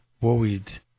worried